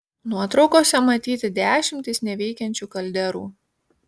nuotraukose matyti dešimtys neveikiančių kalderų